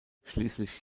schließlich